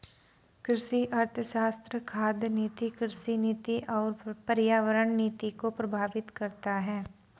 कृषि अर्थशास्त्र खाद्य नीति, कृषि नीति और पर्यावरण नीति को प्रभावित करता है